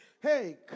Hey